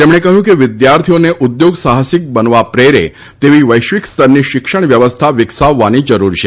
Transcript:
તેમણે કહ્યું કે વિદ્યાર્થીઓને ઉદ્યોગ સાહસિક બનવા પ્રેરે તેવી વૈશ્વિકસ્તરની શિક્ષણ વ્યવસ્થા વિકસાવવાની જરૂર છે